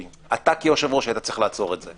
אתה כיושב-ראש היית צריך לעצור את זה,